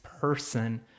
person